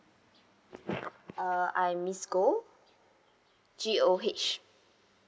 uh I miss goh G_O_H